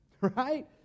right